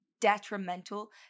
detrimental